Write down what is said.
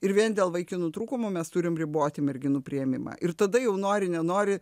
ir vien dėl vaikinų trūkumų mes turim riboti merginų priėmimą ir tada jau nori nenori